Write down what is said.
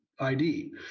ID